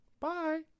Bye